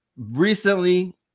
Recently